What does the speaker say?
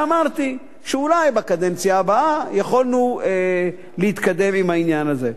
ואמרתי שאולי בקדנציה הבאה יכולנו להתקדם עם העניין הזה,